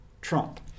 Trump